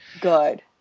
Good